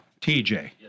TJ